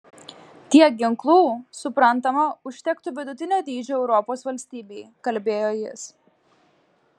tiek ginklų suprantama užtektų vidutinio dydžio europos valstybei kalbėjo jis